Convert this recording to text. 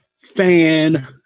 fan